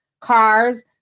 cars